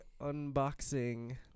unboxing